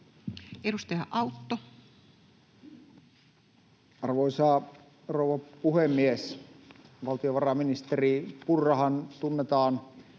Content: Arvoisa rouva puhemies! Valtiovarainministeri Purrahan tunnetaan